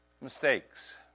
mistakes